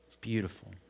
Beautiful